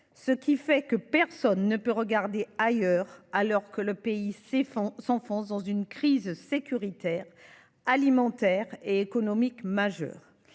C’est pourquoi personne ne peut regarder ailleurs, alors que le pays s’enfonce dans une crise sécuritaire, alimentaire et économique majeure.